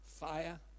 fire